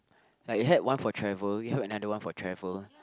like you had one for travel you have another one for travel